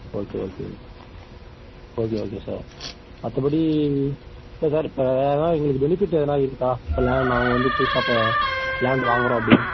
okay okay okay okay okay sir மற்றபடி இல்லை sir இப்போ வேறு எதனா எங்களுக்கு பெனிஃபிட் எதனா இருக்கா இப்போ லே நாங்கள் வந்து புதுசாக இப்போ லேண்ட் வாங்கிறோம் அப்படின்னா